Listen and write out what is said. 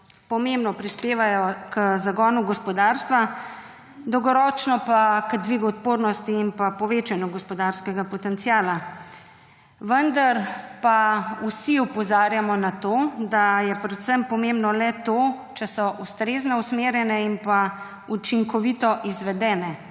pomembno prispevajo k zagonu gospodarstva, dolgoročno pa k dvigu odpornost in povečanju gospodarskega potenciala. Vendar pa vsi opozarjamo na to, da je predvsem pomembno le to, če so ustrezno usmerjene in pa učinkovito izvedene.